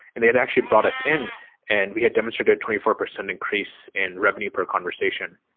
and they had actually brought us in and we had demonstrated twenty four percent increase in revenue per conversation.